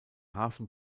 hafen